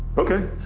okay,